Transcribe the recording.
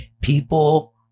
people